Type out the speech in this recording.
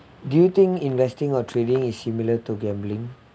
do you think investing or trading is similar to gambling